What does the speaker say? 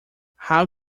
how